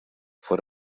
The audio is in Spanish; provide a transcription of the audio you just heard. fue